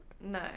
No